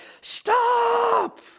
stop